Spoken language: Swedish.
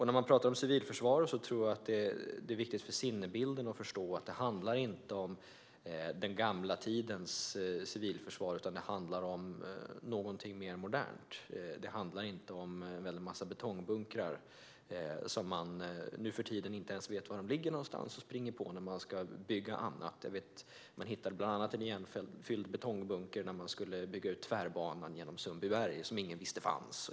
När man pratar om civilförsvar är det viktigt för sinnebilden att förstå att det inte handlar om den gamla tidens civilförsvar, utan det handlar om något mer modernt. Det handlar inte om betongbunkrar som man nuförtiden inte ens vet var de ligger. Man kan springa på dem när man ska bygga annat. Man hittade bland annat en igenfylld betongbunker när man skulle bygga ut tvärbanan genom Sundbyberg; den var det ingen som visste fanns.